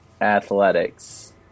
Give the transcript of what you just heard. athletics